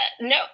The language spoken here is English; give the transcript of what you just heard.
No